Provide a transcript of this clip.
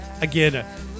again